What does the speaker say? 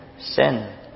sin